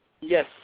Yes